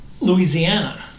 Louisiana